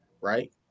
right